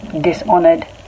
dishonored